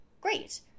great